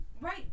right